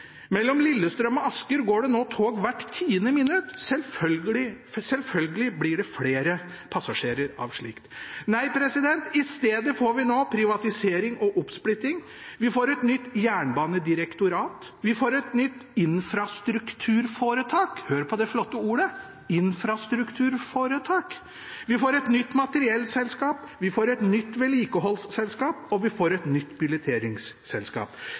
Mellom Lillestrøm og Asker går det nå tog hvert tiende minutt, selvfølgelig blir det flere passasjerer av slikt. I stedet får vi nå privatisering og oppsplitting, vi får et nytt jernbanedirektorat, vi får et nytt infrastrukturforetak – hør på det flotte ordet: infrastrukturforetak – vi får et nytt materiellselskap, vi får et nytt vedlikeholdsselskap, og vi får et nytt